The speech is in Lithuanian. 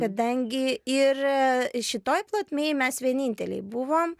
kadangi ir šitoj plotmėj mes vieninteliai buvom